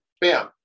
bam